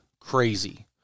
crazy